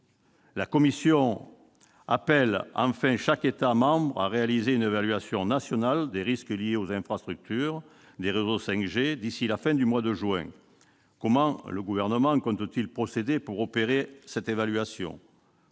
la Commission appelle chaque État membre à réaliser une évaluation nationale des risques liés aux infrastructures des réseaux 5G d'ici à la fin du mois de juin. Comment le Gouvernement compte-t-il procéder pour opérer cette évaluation ?